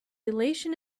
elation